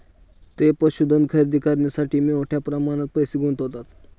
ते पशुधन खरेदी करण्यासाठी मोठ्या प्रमाणात पैसे गुंतवतात